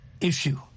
issue